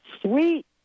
Sweet